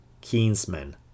kinsmen